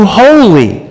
holy